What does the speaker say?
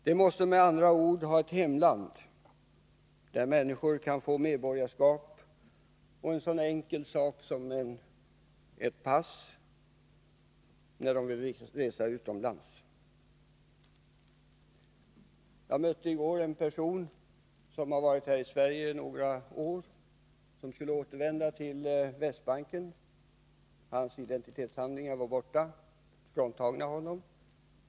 De måste med andra ord ha ett hemland där människor kan få medborgarskap och en så enkel sak som ett pass när de vill resa utomlands. Jag mötte i går en person som varit här i Sverige några år och som skulle återvända till Västbanken. Hans identitetshandlingar var fråntagna honom.